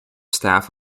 staff